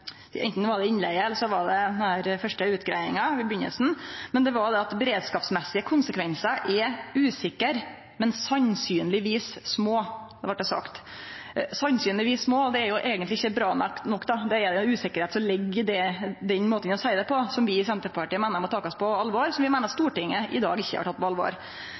innlegget, eller så var det i utgreiinga til å begynne med – at beredskapsmessige konsekvensar er usikre, men «sannsynligvis små», vart det sagt. «Sannsynligvis små» er eigentleg ikkje bra nok. Det er ei usikkerheit som ligg i den måten å seie det på, som vi i Senterpartiet meiner må takast på alvor, men som vi meiner at Stortinget i dag ikkje har teke på alvor.